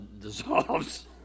dissolves